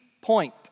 point